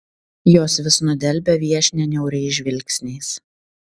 jos vis nudelbia viešnią niauriais žvilgsniais